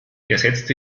ersetzte